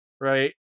right